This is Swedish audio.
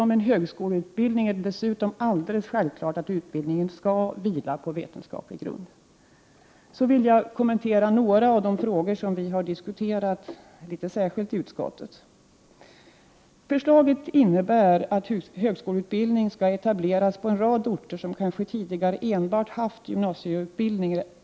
1988/89:120 ning, är det dessutom alldeles självklart att utbildningen skall vila på - 24 maj 1989 Så vill jag kommentera några av de frågor som vi har diskuterat litet förjekniskaykia särskilt i utskottet. sr niska yrken m.m. Förslaget innebär att högskoleutbildningen skall etableras på en rad orter som kanske tidigare har haft enbart gymnasieutbildning.